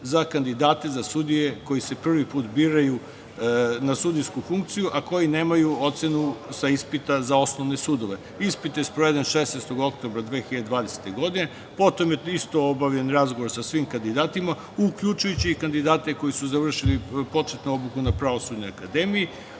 za kandidate za sudije koji se prvi put biraju na sudijsku funkciju, a koji nemaju ocenu sa ispita za osnove sudove. Ispit je sproveden 16. oktobra 2020. godine. Potom je isto obavljen razgovor sa svim kandidatima, uključujući i kandidate koji su završili početnu obuku na Pravosudnoj akademiji,